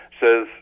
says